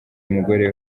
umugore